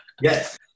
Yes